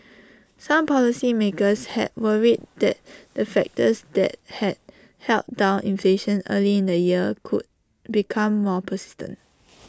some policymakers had worried that the factors that had held down inflation early in the year could become more persistent